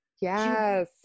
Yes